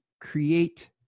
create